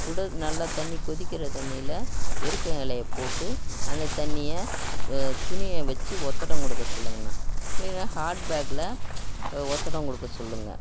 சுட நல்லா தண்ணி கொதிக்கிற தண்ணியில் எருக்கம் இலைய போட்டு அந்த தண்ணியை வ துணியை வெச்சி ஒத்தடம் கொடுக்க சொல்லுங்கண்ணா இல்லைன்னா ஹாட்பேக்கில் ஒத்தடம் கொடுக்க சொல்லுங்கள்